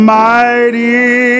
mighty